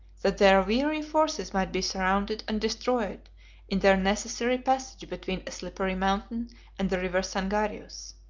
that their weary forces might be surrounded and destroyed in their necessary passage between a slippery mountain and the river sangarius.